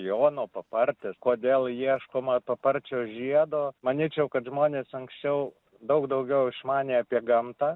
jono papartis kodėl ieškoma paparčio žiedo manyčiau kad žmonės anksčiau daug daugiau išmanė apie gamtą